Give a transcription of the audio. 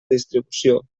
distribució